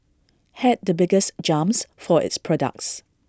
had the biggest jumps for its products